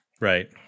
Right